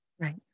right